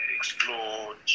Explore